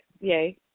Yay